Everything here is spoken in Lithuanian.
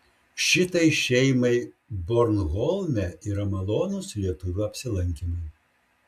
šitai šeimai bornholme yra malonūs lietuvių apsilankymai